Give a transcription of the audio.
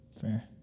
Fair